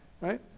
right